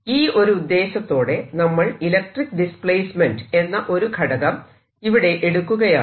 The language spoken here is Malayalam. അപ്പോൾ ഈ ഒരു ഉദ്ദേശത്തോടെ നമ്മൾ ഇലക്ട്രിക്ക് ഡിസ്പ്ലേസ്മെന്റ് എന്ന ഒരു ഘടകം ഇവിടെ എടുക്കുകയാണ്